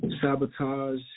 Sabotage